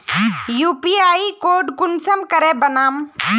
UPI code कुंसम करे बनाम?